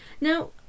Now